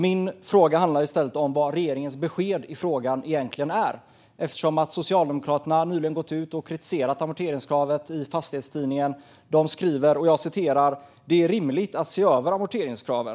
Min fråga handlar i stället om vilket regeringens besked i frågan egentligen är, eftersom Socialdemokraterna nyligen gått ut och kritiserat amorteringskravet i Fastighetstidningen. De skriver: "Det är rimligt att se över amorteringskraven.